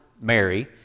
Mary